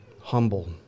humble